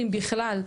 אם בכלל.